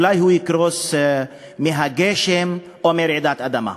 אולי הוא יקרוס מהגשם או מרעידת אדמה.